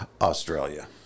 Australia